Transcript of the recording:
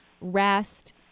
rest